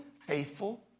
faithful